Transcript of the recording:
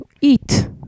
eat